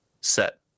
Set